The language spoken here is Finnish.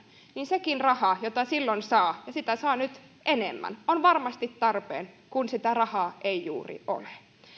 niin sekin raha jota silloin saa ja sitä saa nyt enemmän on varmasti tarpeen kun sitä rahaa ei juuri ole